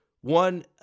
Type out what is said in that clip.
One